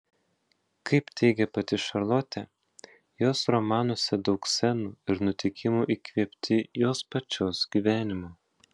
kaip teigė pati šarlotė jos romanuose daug scenų ir nutikimų įkvėpti jos pačios gyvenimo